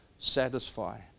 satisfy